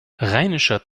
rheinischer